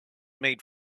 made